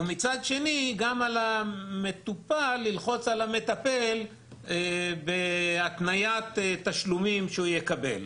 ומצד שני גם על המטופל ללחוץ על המטפל בהתניית תשלומים שהוא יקבל.